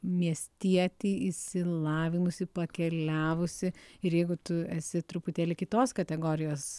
miestietį išsilavinusį pakeliavusį ir jeigu tu esi truputėlį kitos kategorijos